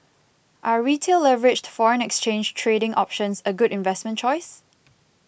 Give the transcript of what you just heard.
are Retail leveraged foreign exchange trading options a good investment choice